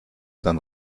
dann